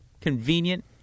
convenient